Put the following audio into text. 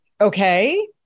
okay